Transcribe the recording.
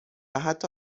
حتی